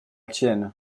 tienne